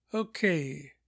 Okay